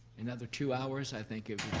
another two hours, i think it